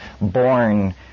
born